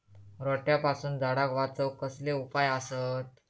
रोट्यापासून झाडाक वाचौक कसले उपाय आसत?